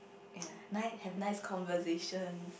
ya nice have nice conversations